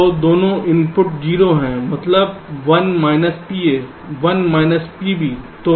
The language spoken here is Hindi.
तो दोनों इनपुट 0 हैं मतलब 1 माइनस PA 1 माइनस PB